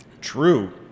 True